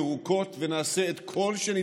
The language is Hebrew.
נפעל כבר בערים צהובות ובערים ירוקות ונעשה את כל שנדרש